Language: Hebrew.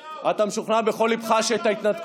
כי אנחנו לא עולצים על איזה שינוי פוליטי מינורי.